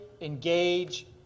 engage